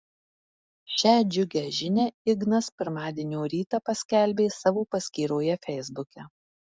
šią džiugią žinią ignas pirmadienio rytą paskelbė savo paskyroje feisbuke